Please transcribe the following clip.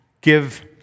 give